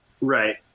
Right